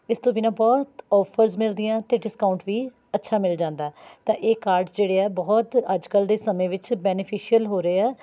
ਇਸ ਤੋਂ ਬਿਨਾਂ ਬਹੁਤ ਔਫ਼ਰਜ਼ ਮਿਲਦੀਆਂ ਅਤੇ ਡਿਸਕਾਉਂਟ ਵੀ ਅੱਛਾ ਮਿਲ ਜਾਂਦਾ ਤਾਂ ਇਹ ਕਾਰਡ ਜਿਹੜੇ ਆ ਬਹੁਤ ਅੱਜ ਕੱਲ੍ਹ ਦੇ ਸਮੇਂ ਵਿੱਚ ਬੈਨੀਫੀਸ਼ੀਅਲ ਹੋ ਰਹੇ ਆ